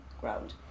ground